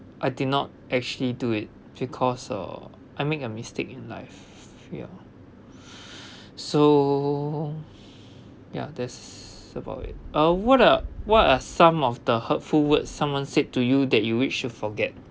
I did not actually do it because uh I make a mistake in life ya so ya that's about it uh what are what are some of the hurtful words someone said to you that you wish to forget